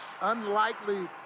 Unlikely